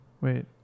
Wait